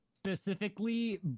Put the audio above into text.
Specifically